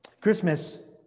Christmas